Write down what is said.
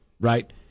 right